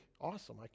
awesome